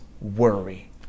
worry